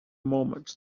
moments